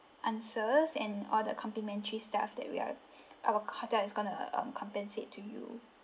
answers and all the complimentary stuff that we are our hotel is gonna um compensate to you